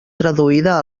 traduïda